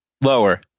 Lower